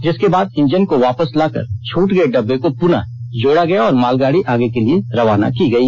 जिसके बाद इंजन को वापस लाकर छूट गये डब्बे को पुनः जोड़ा और मालगाड़ी आगे के लिए रवाना हुई